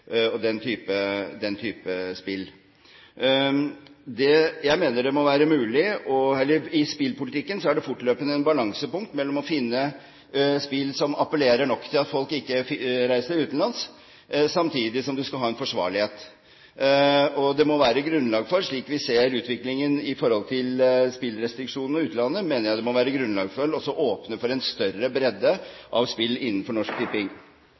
spillpolitikken er det fortløpende et balansepunkt mellom å finne spill som appellerer nok til at folk ikke reiser utenlands, samtidig som du skal ha en forsvarlighet. Det må være grunnlag for, slik vi ser utviklingen i forhold til spillrestriksjoner i utlandet, å åpne for en større bredde av spill innenfor Norsk Tipping. Ja, vi ønsker å tilby flere typer spill innenfor Norsk Tipping,